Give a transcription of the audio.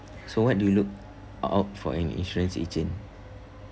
so what do you look out for in insurance agent